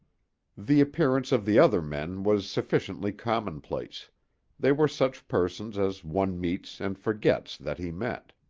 the appearance of the other men was sufficiently commonplace they were such persons as one meets and forgets that he met.